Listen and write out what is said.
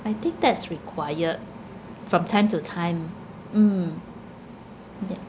I think that's required from time to time mm ya